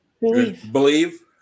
believe